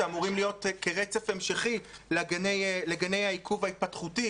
שאמורים להיות כרצף המשכי לגני העיכוב ההתפתחותי;